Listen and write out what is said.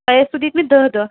تۄہہِ ٲسِو دِتمٕت دَہ دۄہ